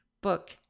book